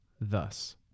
thus